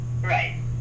Right